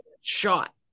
shot